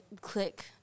Click